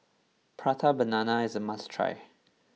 Prata Banana is a must try